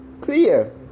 Clear